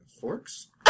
forks